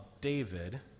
David